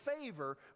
favor